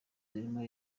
zirimo